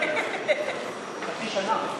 חצי שנה.